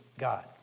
God